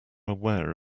aware